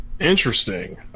Interesting